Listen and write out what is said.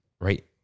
right